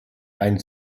ein